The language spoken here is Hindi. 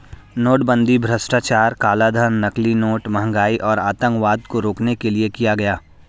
नोटबंदी भ्रष्टाचार, कालाधन, नकली नोट, महंगाई और आतंकवाद को रोकने के लिए किया गया